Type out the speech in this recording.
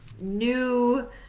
new